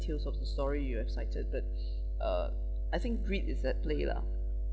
details of the story you have cited but uh I think greed is at play lah